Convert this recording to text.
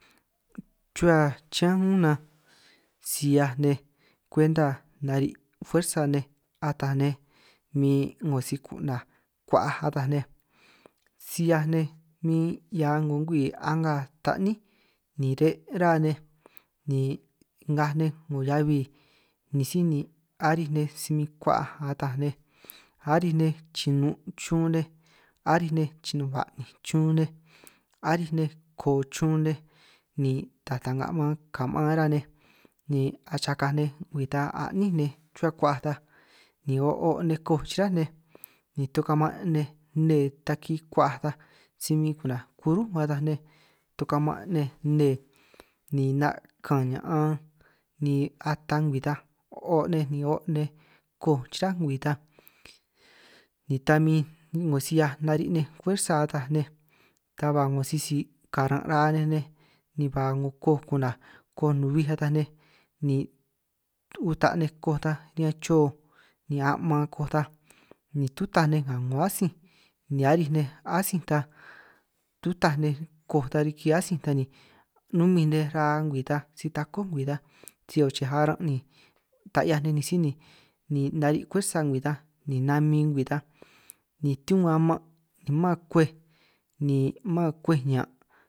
Chuhua chiñán 'unj nan si hiaj nej kwenta nari' fuersa nej ataj nej min 'ngo si ku'naj kua'aj ataj nej, si'hiaj nej min hia 'ngo ngwii a'nga ta'ní ni re' ruhua nej ni ngaj nej 'ngo heabi ni síj ni, aríj nej si minn ku'huaj ataj nej aríj nej chinun' chun nej, aríj nej chinin' ba'ninj chun nej, aríj nej ko chun nej, ni taj ta'nga maan' ka'man rá nej, ni achakaj kwi ta a'nín nej chuhua ku'huaj ta ni o' o' nej koj chiráj nej ni tuka'man' nej nne taki ku'huaj ta, si min ku'naj kurúj ataj nej tuku'man' nej nne ni 'na' kaan ña'an ni ata ngwii ta o' nej ni o' nej koj chiráj ngwii ta, ni ta min 'ngo si 'hiaj nari' nej fuersa ataj nej ta ba 'ngo sisi karan' ra'a nej nej, ba 'ngo koj ku'naj koj nubij, ataj nej ni uta' nej koj ta riñan choo ni a'man koj taj ni tutaj nej nga 'ngo atsij, ni aríj nej atsíj ta tutaj nej koj ta riki atsíj ta ni numinj nej ra'a ngwii ta si takó ngwii ta, sij oj che arán ni ta 'hiaj nej ni síj ni ni nari' kwersa ngwii ta ni namin ngwii ta ni tiu aman' mán kwej ni mán kwej 'ñan'.